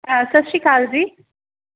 ਸਤਿ ਸ਼੍ਰੀ ਅਕਾਲ ਜੀ